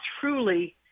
truly